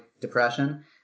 depression